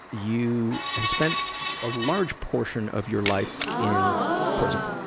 you spent a large portion of your life in prison.